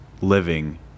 living